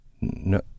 no